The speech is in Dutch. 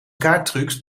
kaarttrucs